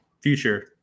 Future